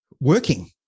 working